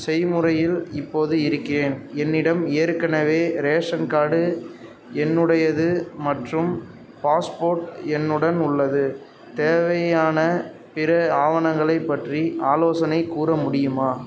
செய்முறையில் இப்போது இருக்கிறேன் என்னிடம் ஏற்கனவே ரேஷன் கார்டு என்னுடையது மற்றும் பாஸ்போர்ட் என்னுடன் உள்ளது தேவையான பிற ஆவணங்களைப் பற்றி ஆலோசனைக் கூற முடியுமா